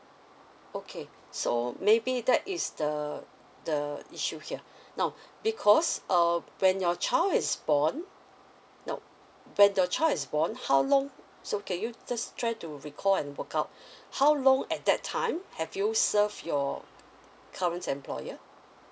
okay so maybe that is the the issue here now because um when your child is born now when your child is born how long so can you just try to recall and work out how long at that time have you served your current employer